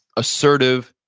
assertive,